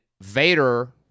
Vader